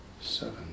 seven